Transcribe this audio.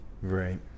right